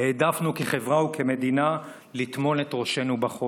העדפנו כחברה וכמדינה לטמון את ראשנו בחול.